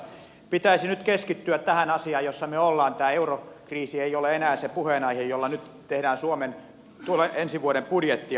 pitäisi nyt keskittyä tähän asiaan jossa me olemme tämä eurokriisi ei ole enää se puheenaihe jolla nyt tehdään suomen ensi vuoden budjettia